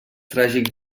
tràgic